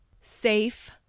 safe